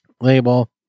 Label